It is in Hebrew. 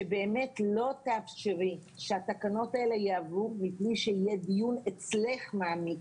שבאמת לא תאפשרי שהתקנות האלה יעברו מבלי שיהיה אצלך דיון מעמיק,